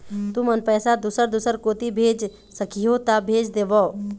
तुमन पैसा दूसर दूसर कोती भेज सखीहो ता भेज देवव?